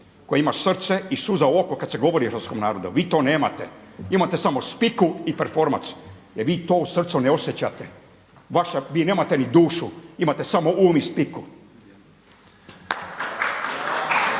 koja ima srce i suza u oku kada se govori o hrvatskom narodu. Vi to nemate. Imate samo spiku i performans jer vi to u srcu ne osjećate, vi nemate ni dušu, imate samo um i spiku.